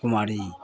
कुमारी